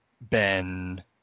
ben